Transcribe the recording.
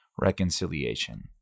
reconciliation